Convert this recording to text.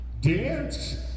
Dance